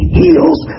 heals